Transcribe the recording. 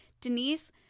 Denise